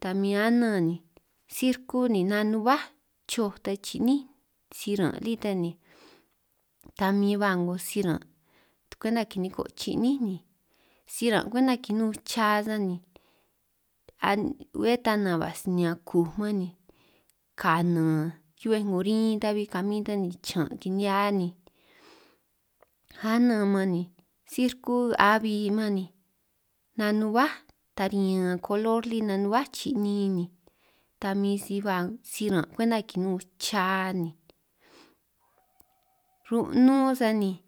ta min anan ni sí rku ni nanuhuá choj ta chi'ní siran' lí ta ni, ta min ba 'ngo siran' kwenta kiniko' chi'ní ni siran' kwenta kinun cha ta ni, a' bé ta nanj ba' sinean kuj u man ni kanan hiu'bej 'ngo rin ta'bi kamin ta ni chaan' kini'hia ni, anan man ni si rkú abi man ni nanuhuá ta riñan kolor lí nanuhuá chi'nin ni, ta min si ba siran' kwenta kinun cha ni ru'nún sani.